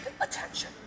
attention